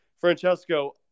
Francesco